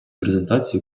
презентації